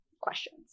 questions